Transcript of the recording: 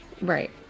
Right